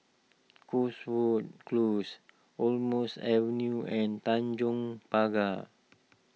Cotswold Close Almonds Avenue and Tanjong Pagar